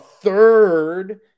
third